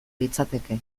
litzateke